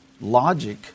logic